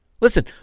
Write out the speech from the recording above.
Listen